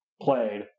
played